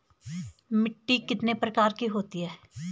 मिट्टी कितने प्रकार की होती है?